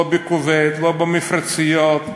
לא בכוויית, לא במפרציות,